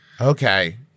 Okay